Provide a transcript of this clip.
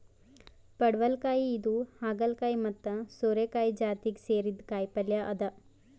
ಪಡವಲಕಾಯಿ ಇದು ಹಾಗಲಕಾಯಿ ಮತ್ತ್ ಸೋರೆಕಾಯಿ ಜಾತಿಗ್ ಸೇರಿದ್ದ್ ಕಾಯಿಪಲ್ಯ ಅದಾ